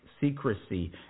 Secrecy